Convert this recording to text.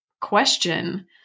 question